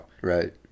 Right